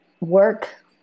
work